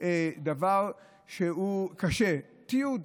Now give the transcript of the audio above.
לא קשה: תיעוד.